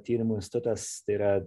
tyrimų institutas tai yra